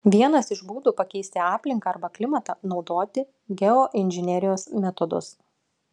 vienas iš būdų pakeisti aplinką arba klimatą naudoti geoinžinerijos metodus